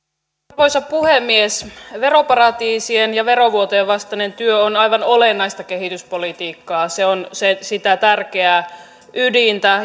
arvoisa puhemies veroparatiisien ja verovuotojen vastainen työ on aivan olennaista kehityspolitiikkaa se on sitä tärkeää ydintä